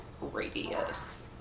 radius